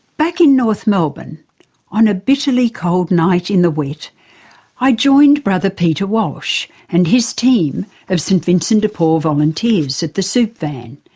back in north melbourne on a bitterly cold night in the wet i joined brother peter walsh and his team of st vincent de paul volunteers at the soup van.